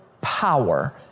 power